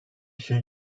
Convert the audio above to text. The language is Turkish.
şey